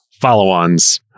follow-ons